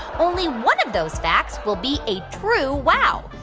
only one of those facts will be a true wow.